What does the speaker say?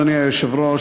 אדוני היושב-ראש,